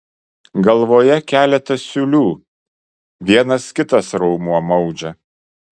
galvoje keletas siūlių vienas kitas raumuo maudžia